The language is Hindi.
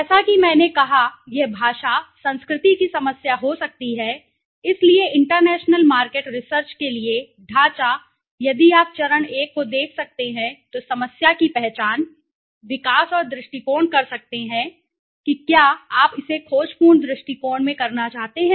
जैसा कि मैंने कहा यह भाषा संस्कृति की समस्या हो सकती है इसलिए इंटरनेशनल मार्केट रिसर्च के लिए ढांचा यदि आप चरण 1 को देख सकते हैं तो समस्या की पहचान विकास और दृष्टिकोण कर सकते हैं कि क्या आप इसे खोजपूर्ण दृष्टिकोण में करना चाहते हैं